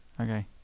Okay